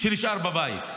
שנשאר בבית.